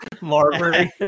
Marbury